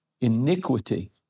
iniquity